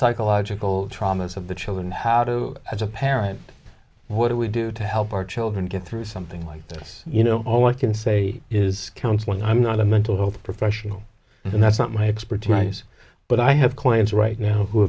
psychological trauma of the children how to as a parent what do we do to help our children get through something like this you know all i can say is counseling i'm not a mental health professional and that's not my expertise but i have clients right now who